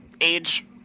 age